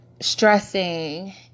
stressing